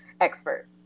expert